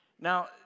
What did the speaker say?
Now